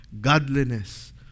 godliness